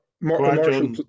Marshall